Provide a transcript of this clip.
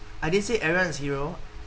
I didn't say everyone is hero